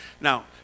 Now